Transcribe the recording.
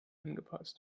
angepasst